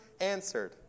answered